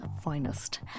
finest